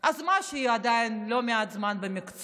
אז מה אם היא עדיין מעט זמן במקצוע?